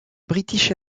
british